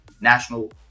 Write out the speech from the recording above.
National